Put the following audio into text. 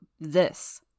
this